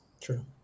True